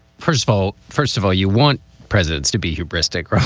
first of all, first of all, you want presidents to be hubristic.